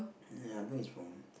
ya I think it's wrong